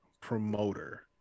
promoter